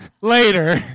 later